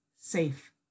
safe